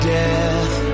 death